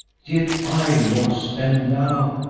yet i was and thou